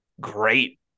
great